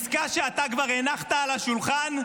עסקה שאתה כבר הנחת על השולחן,